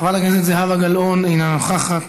חברת הכנסת זהבה גלאון, אינה נוכחת.